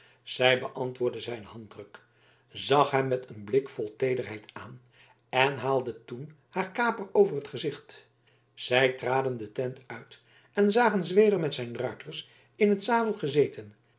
zij beantwoordde zijn handdruk zag hem met een blik vol teederheid aan en haalde toen haar kaper over t gezicht zij traden de tent uit en zagen zweder met zijn ruiters in den zadel gezeten